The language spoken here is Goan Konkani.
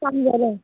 समजलें